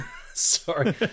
sorry